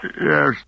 Yes